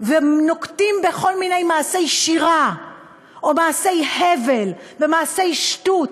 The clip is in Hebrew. ונוקטים כל מיני מעשי שירה או מעשי הבל ומעשי שטות,